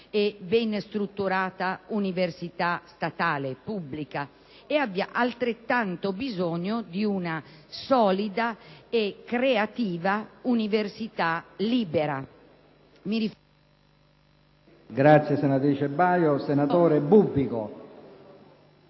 e ben strutturata università statale e abbia altrettanto bisogno di una solida e creativa università libera.